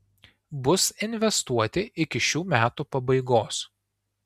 bus investuoti iki šių metų pabaigos